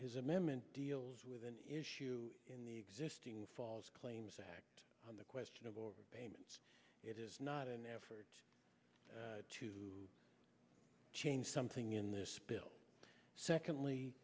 his amendment deals with an issue in the existing false claims act on the question of or payments it is not an effort to change something in this bill secondly